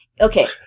Okay